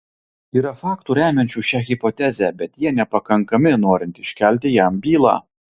yra faktų remiančių šią hipotezę bet jie nepakankami norint iškelti jam bylą